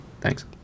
thanks